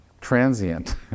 transient